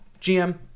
gm